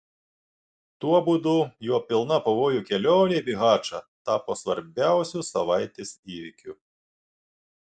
tuo būdu jo pilna pavojų kelionė į bihačą tapo svarbiausiu savaitės įvykiu